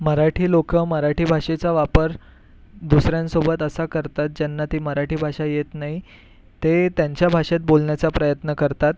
मराठी लोक मराठी भाषेचा वापर दुसऱ्यांसोबत असा करतात ज्यांना ती मराठी भाषा येत नाही ते त्यांच्या भाषेत बोलण्याचा प्रयत्न करतात